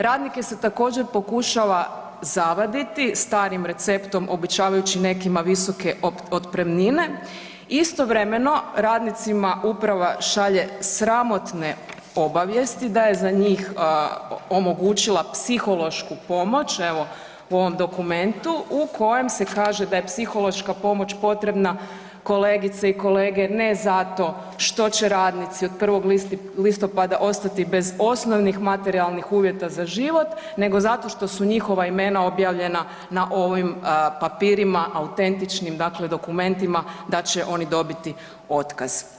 Radnike se također pokušava zavaditi starim receptom obećavajući nekima visoke otpremnine, istovremeno radnicima uprava šalje sramotne obavijesti da je za njih psihološku pomoć, evo u ovom dokumentu u kojem se kaže da je psihološka pomoć potrebna kolegice i kolege, ne zato što će radnici od 1. listopada ostati bez osnovnih materijalnih uvjeta za život, nego zato što su njihova imena objavljena na ovim papirima autentičnim, dakle dokumentima da će oni dobiti otkaz.